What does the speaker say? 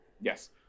Yes